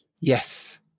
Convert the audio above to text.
Yes